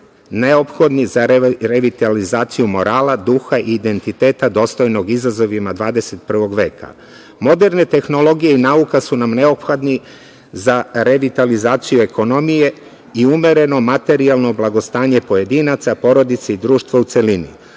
neophodni za revitalizaciju morala, duha i identiteta dostojnog izazovima 21. veka. Moderne tehnologije i nauka su nam neophodni za revitalizaciju ekonomije i umereno materijalno blagostanje pojedinaca, porodica i društva u celini.